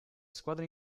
squadre